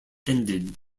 ended